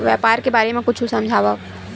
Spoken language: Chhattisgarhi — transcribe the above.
व्यापार के बारे म कुछु समझाव?